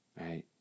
right